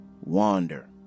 wander